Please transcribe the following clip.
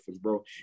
bro